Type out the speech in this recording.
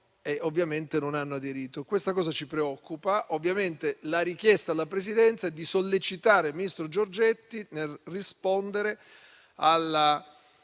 ovviamente non avranno aderito. Questo ci preoccupa e pertanto la richiesta alla Presidenza è di sollecitare il ministro Giorgetti a rispondere alla